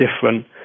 different